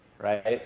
Right